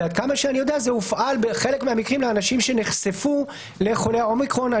ועד כמה שאני יודע זה הופעל בחלק מהמקרים לאנשים שנחשפו לחולי אומיקרון.